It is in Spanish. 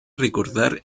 recordar